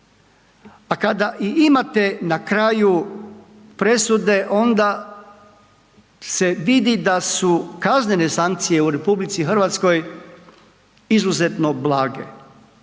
a kada i imate na kraju presude onda se vidi da su kaznene sankcije u RH izuzetno blage.